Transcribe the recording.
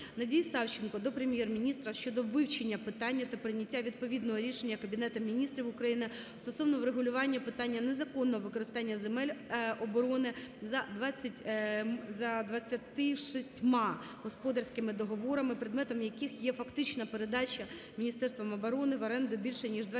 Надії Савченко до Прем'єр-міністра щодо вивчення питання та прийняття відповідного рішення Кабінетом Міністрів Україна стосовно врегулювання питання незаконного використання земель оборони за 26 господарськими договорами, предметом яких є фактична передача Міністерством оборони в оренду більше ніж 27